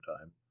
time